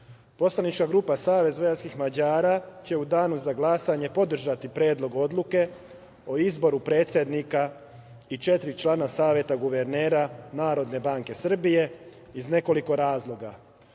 poslanička grupa SVM će u danu za glasanje podržati Predlog odluke o izboru predsednika i četiri člana Saveta guvernera Narodne banke Srbije, iz nekoliko razloga.